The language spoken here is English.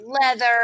leather